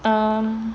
um